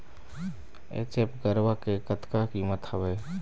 HF गरवा के कतका कीमत हवए?